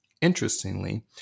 Interestingly